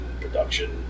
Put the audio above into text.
production